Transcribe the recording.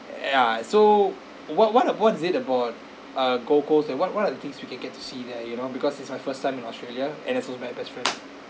ya so what what what is it about uh gold coast and what are what are the things we can get to see there you know because it's my first time in australia and also my best friend